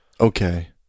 Okay